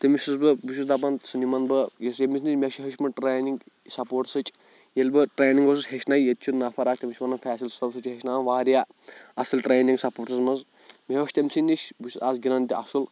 تٔمِس چھُس بہٕ بہٕ چھُس دَپَان سُہ نِمَن بہٕ یُس ییٚمِس نِش مےٚ چھِ ہیوٚچھمُت ٹرٛینِنٛگ سَپوٹسٕچ ییٚلہِ بہٕ ٹرٛینِنٛگ اوسُس ہیٚچھنَے ییٚتہِ چھُ نفر اَکھ تٔمِس چھِ وَنَان فیصل صٲب سُہ چھِ ہیٚچھناوَان واریاہ اَصٕل ٹرٛینِنٛگ سَپوٹسَس منٛز مےٚ ہیوٚچھ تٔمۍ سٕے نِش بہٕ چھُس آز گِنٛدَان تہِ اَصل